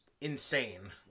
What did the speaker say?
insane